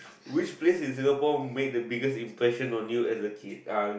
which place in Singapore made the biggest impression on you as a kid uh